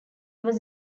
was